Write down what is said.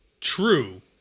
true